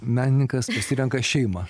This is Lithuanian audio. menininkas pasirenka šeimą